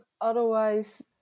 otherwise